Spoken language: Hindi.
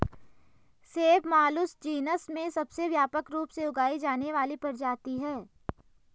सेब मालुस जीनस में सबसे व्यापक रूप से उगाई जाने वाली प्रजाति है